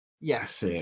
Yes